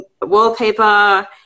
wallpaper